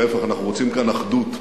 להיפך, אנחנו רוצים כאן אחדות.